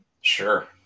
Sure